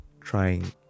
trying